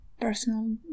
personal